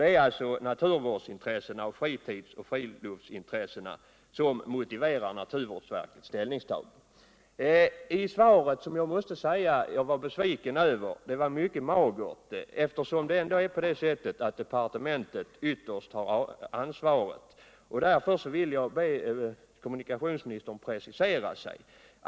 Det är naturvårds-, fritids och friluftsiniressen som motiverar naturvårdsverkets ställningstagande. Jag måste säga att jag är besviken över innehållet i svaret. Det var mycket mager med tanke på att det är departementet som ytterst har ansvaret i denna fråga. Jag vill därför be kommunikationsministern att precisera sig.